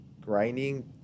grinding